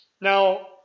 Now